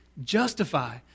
justify